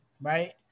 right